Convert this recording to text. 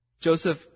Joseph